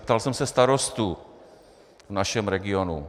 Ptal jsem se starostů v našem regionu.